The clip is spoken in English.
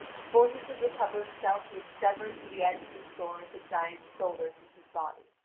before he could recover himself he had severed with the edge of his sword the giant's shoulder from his body.